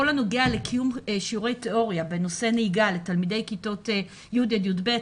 כל הנוגע לקיום שיעורי תיאוריה בנושא נהיגה לתלמידי כיתות י' עד י"ב,